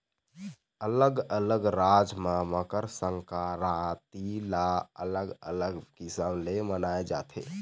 अलग अलग राज म मकर संकरांति ल अलग अलग किसम ले मनाए जाथे